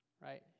right